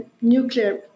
nuclear